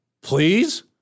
Please